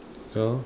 so